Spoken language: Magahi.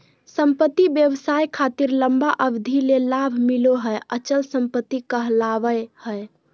संपत्ति व्यवसाय खातिर लंबा अवधि ले लाभ मिलो हय अचल संपत्ति कहलावय हय